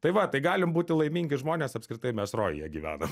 tai va tai galim būti laimingi žmonės apskritai mes rojuje gyvenam